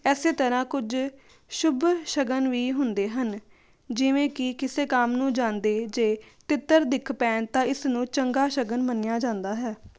ਇਸ ਤਰ੍ਹਾਂ ਕੁਝ ਸ਼ੁਭ ਸ਼ਗਨ ਵੀ ਹੁੰਦੇ ਹਨ ਜਿਵੇਂ ਕਿ ਕਿਸੇ ਕੰਮ ਨੂੰ ਜਾਂਦੇ ਜੇ ਤਿੱਤਰ ਦਿੱਖ ਪੈਣ ਤਾਂ ਇਸ ਨੂੰ ਚੰਗਾ ਸ਼ਗਨ ਮੰਨਿਆ ਜਾਂਦਾ ਹੈ